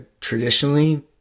traditionally